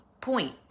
point